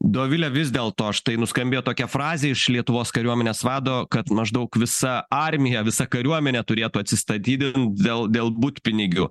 dovile vis dėlto štai nuskambėjo tokia frazė iš lietuvos kariuomenės vado kad maždaug visa armija visa kariuomenė turėtų atsistatydint dėl dėl butpinigių